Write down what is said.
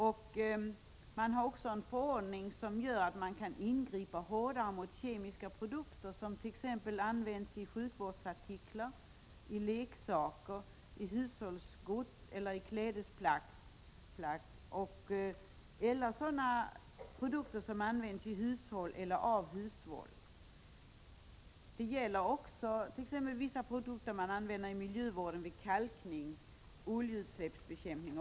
Vidare finns det en förordning som möjliggör hårdare ingripanden mot kemiska produkter som t.ex. används i sjukvårdsartiklar, leksaker, hushållsgods eller klädesplagg samt sådana produkter som används i eller av hushåll. Det gäller också vissa produkter som används i miljövården, t.ex. vid kalkning och oljeutsläppsbekämpning.